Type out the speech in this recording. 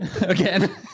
again